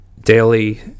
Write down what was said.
daily